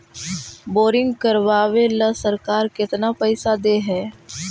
Boring करबाबे ल सरकार केतना पैसा दे है?